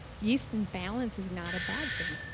yeast imbalance is not a bad thing